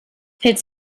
fällt